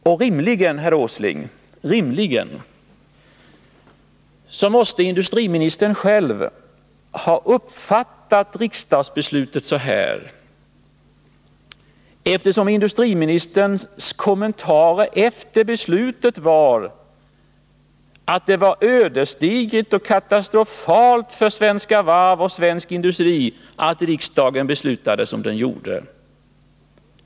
Och rimligen måste industriministern själv ha uppfattat riksdagsbeslutet på detta sätt, eftersom industriministerns kommentarer efter beslutet var att det var ödesdigert och katastrofalt för Svenska Varv och svensk industri att riksdagen beslutade som den gjorde.